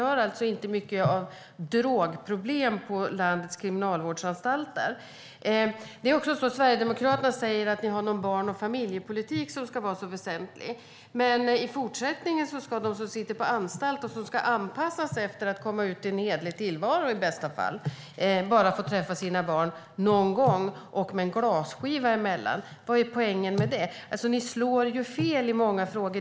Det finns inte mycket drogproblem på landets kriminalvårdsanstalter. Sverigedemokraterna säger att det är väsentligt med barn och familjepolitik. Men i fortsättningen ska de som sitter på anstalt, och som ska anpassas till att komma ut till en hederlig tillvaro, bara får träffa sina barn någon gång och med en glasskiva mellan. Vad är poängen med det? Ni slår fel i många frågor.